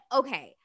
okay